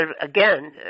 again